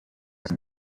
are